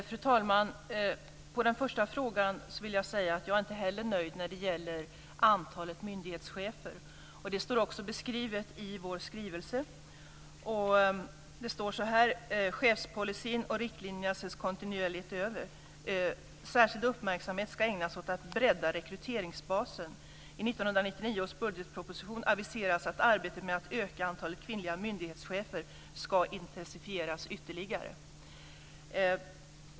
Fru talman! Som svar på den första frågan vill jag säga att inte jag heller är nöjd med antalet myndighetschefer. Det finns också beskrivet i vår skrivelse: "Chefspolicyn och riktlinjerna ses kontinuerligt över. Särskild uppmärksamhet ska ägnas åt att bredda rekryteringsbasen. I 1999 års budgetproposition aviseras att arbetet med att öka antalet kvinnliga myndighetschefer ska intensifieras ytterligare."